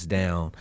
down